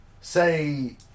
Say